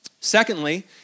Secondly